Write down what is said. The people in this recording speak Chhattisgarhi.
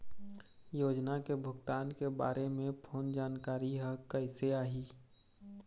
योजना के भुगतान के बारे मे फोन जानकारी हर कइसे आही?